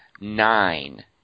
Nine